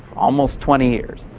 almost twenty years.